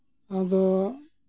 ᱟᱫᱚ